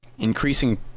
increasing